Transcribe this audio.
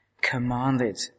commanded